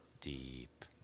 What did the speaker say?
Deep